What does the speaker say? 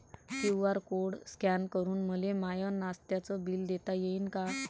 QR code scan करून मले माय नास्त्याच बिल देता येईन का?